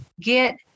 get